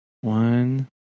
one